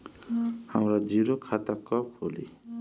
हमरा जीरो खाता कब खुली?